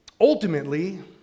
Ultimately